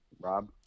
Rob